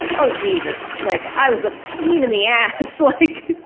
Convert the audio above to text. ah jesus! like i was a pain in the ass! like,